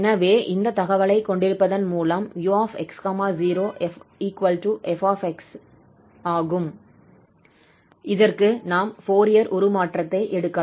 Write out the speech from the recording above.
எனவே இந்தத் தகவலைக் கொண்டிருப்பதன் மூலம் 𝑢 𝑥 0 𝑓 𝑥 நாம் ஃபோரியர் உருமாற்றத்தை எடுக்கலாம்